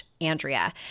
Andrea